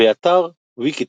באתר ויקיטקסט